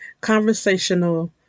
conversational